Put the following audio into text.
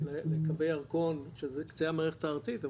נקבי ירקון שזה קצה המערכת הארצית,